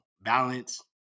balance